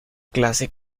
clase